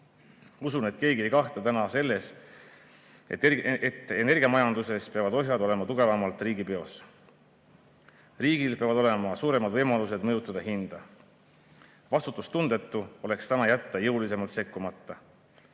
usun, et keegi ei kahtle selles, et energiamajanduses peavad ohjad olema tugevamalt riigi peos. Riigil peavad olema suuremad võimalused hinda mõjutada. Vastutustundetu oleks täna jätta jõulisemalt sekkumata.